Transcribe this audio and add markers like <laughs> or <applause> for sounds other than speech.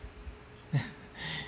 <laughs>